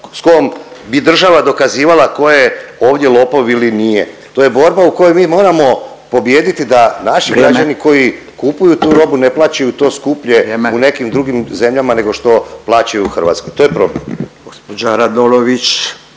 s kojom bi država dokazivala tko je ovdje lopov ili nije. To je borba u kojoj mi moramo pobijediti da naši građani … .../Upadica: Vrijeme./... koji kupuju tu robu ne plaćaju to skuplje … .../Upadica: Vrijeme./... u nekim drugim zemljama nego što plaćaju u Hrvatskoj. To je problem.